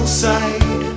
side